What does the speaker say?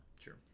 Sure